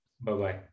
Bye-bye